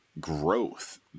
growth